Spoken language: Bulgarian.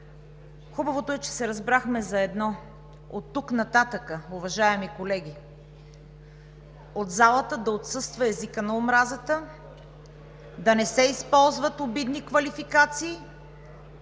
Хубавото е, че се разбрахме за едно – оттук нататък, уважаеми колеги, от залата да отсъства езика на омразата, да не се използват обидни квалификации